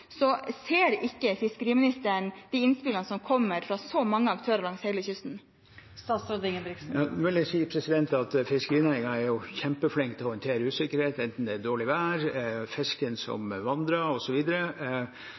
Ser ikke fiskeriministeren de innspillene som kommer fra så mange aktører langs hele kysten? Nå vil jeg si at fiskerinæringen er kjempeflink til å håndtere usikkerhet, enten det er dårlig vær eller fisken som